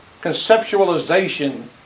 conceptualization